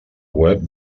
web